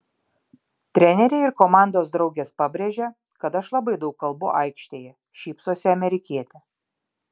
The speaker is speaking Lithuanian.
treneriai ir komandos draugės pabrėžia kad aš labai daug kalbu aikštėje šypsosi amerikietė